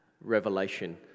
revelation